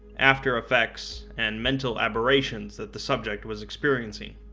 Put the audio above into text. after effects, and mental aberrations that the subject was experiencing.